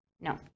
no